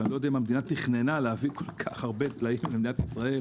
ואני לא יודע אם המדינה תכננה להביא כל כך הרבה צאן למדינת ישראל.